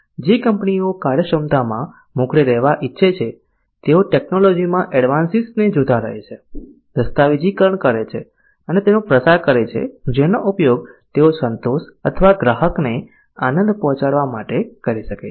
જે કંપનીઓ કાર્યક્ષમતામાં મોખરે રહેવા ઈચ્છે છે તેઓ ટેક્નોલોજીમાં એડવાન્સિસને જોતા રહે છે દસ્તાવેજીકરણ કરે છે અને તેનો પ્રસાર કરે છે જેનો ઉપયોગ તેઓ સંતોષ અથવા ગ્રાહકને આનંદ પહોંચાડવા માટે કરી શકે છે